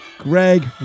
Greg